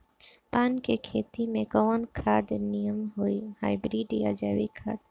धान के खेती में कवन खाद नीमन होई हाइब्रिड या जैविक खाद?